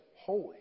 holy